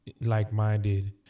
like-minded